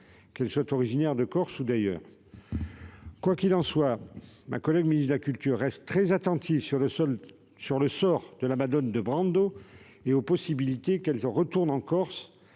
qu'elles soient originaires de Corse ou d'ailleurs. Quoi qu'il en soit, ma collègue ministre de la culture reste très attentive au sort de la et à la possibilité qu'elle retourne en Corse,